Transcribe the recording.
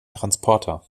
transporter